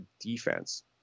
defense